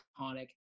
iconic